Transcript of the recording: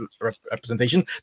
representation